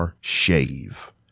shave